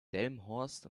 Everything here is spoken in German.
delmenhorst